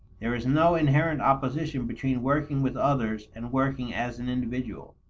there is no inherent opposition between working with others and working as an individual.